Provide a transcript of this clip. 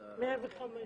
תודה.